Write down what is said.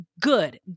Good